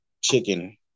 chicken